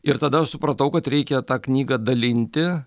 ir tada aš supratau kad reikia tą knygą dalinti